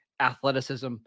Athleticism